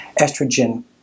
estrogen